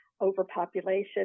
overpopulation